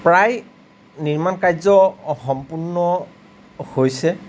প্ৰায় নিৰ্মাণ কাৰ্য সম্পূৰ্ণ হৈছে